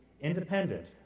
independent